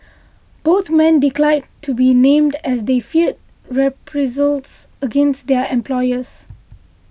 both men declined to be named as they feared reprisals against their employers